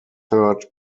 third